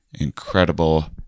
incredible